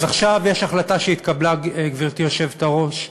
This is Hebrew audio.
אז עכשיו יש החלטה, גברתי היושבת-ראש,